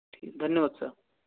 ठीक है धन्यवाद सर